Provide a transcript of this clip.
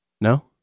No